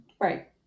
Right